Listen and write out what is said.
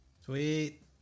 Sweet